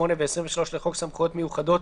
8 ו-23 לחוק סמכויות מיוחדות